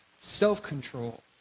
self-control